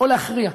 או להכריע.